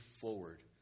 forward